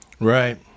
Right